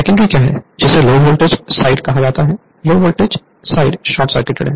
secondary क्या है जिसे लो वोल्टेज साइड कहा जाता है low voltage side short circuit है